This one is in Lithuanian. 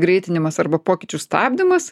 greitinimas arba pokyčių stabdymas